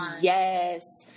Yes